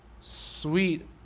sweet